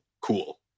cool